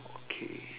okay